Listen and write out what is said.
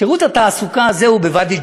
שירות התעסוקה הזה הוא בוואדי-ג'וז,